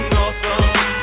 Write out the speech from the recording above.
awesome